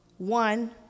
one